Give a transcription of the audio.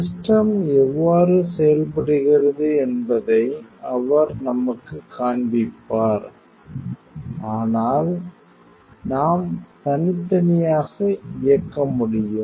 system எவ்வாறு செயல்படுகிறது என்பதை அவர் நமக்குக் காண்பிப்பார் ஆனால் நாம் தனித்தனியாக இயக்க முடியும்